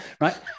right